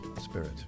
spirit